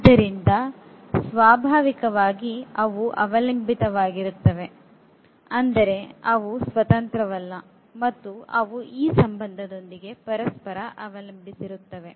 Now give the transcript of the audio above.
ಆದ್ದರಿಂದ ಸ್ವಾಭಾವಿಕವಾಗಿ ಅವುಅವಲಂಬಿತವಾಗಿರುತ್ತವೆ ಅಂದರೆ ಅವು ಸ್ವತಂತ್ರವಲ್ಲ ಮತ್ತು ಅವು ಈ ಸಂಬಂಧದೊಂದಿಗೆ ಪರಸ್ಪರ ಅವಲಂಬಿಸಿರುತ್ತವೆ